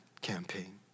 campaign